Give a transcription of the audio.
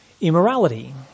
immorality